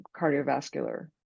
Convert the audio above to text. cardiovascular